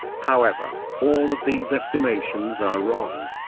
however, all of these estimations are wrong.